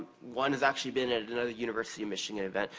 one has actually been at another university of michigan event,